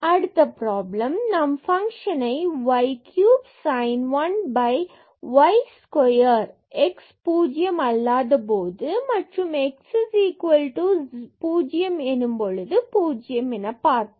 அடுத்த ப்ராப்ளம் நாம் ஃபங்ஷனை y cube sin 1 y square x பூஜ்ஜியம் அல்லாத போது மற்றும் x 0 எனும் போது பார்ப்போம்